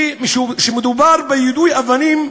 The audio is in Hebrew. כי כשמדובר ביידוי אבנים,